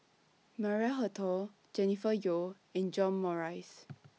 Maria Hertogh Jennifer Yeo and John Morrice